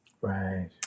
right